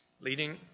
leading